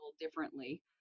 differently